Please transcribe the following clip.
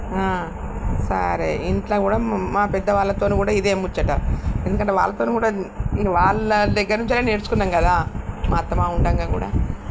సారే ఇంట్లో కూడా మా పెద్ద వాళ్ళతోని కూడ ఇదే ముచ్చట ఎందుకంటే వాళ్ళతోని కూడా నేను వాళ్ళ దగ్గర నుంచే నేర్చుకున్నాం కదా మా అత్త మామ ఉండంగా కూడా